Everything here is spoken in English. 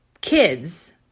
kids